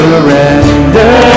Surrender